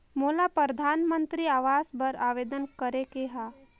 मोला परधानमंतरी आवास बर आवेदन करे के हा?